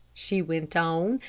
she went on,